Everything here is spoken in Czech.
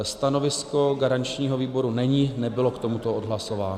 Stanovisko garančního výboru není, nebylo k tomuto odhlasováno.